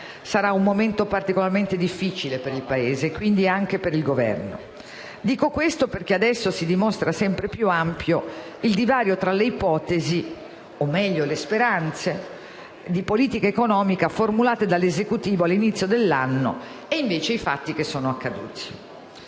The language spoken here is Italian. sarà un momento particolarmente difficile per il Paese, e quindi anche per il Governo. Dico questo perché adesso si dimostra sempre più ampio il divario tra le ipotesi o, meglio, le speranze di politica economica formulate dall'Esecutivo all'inizio dell'anno e, invece, i fatti che sono accaduti.